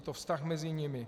Je to vztah mezi nimi.